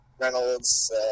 Reynolds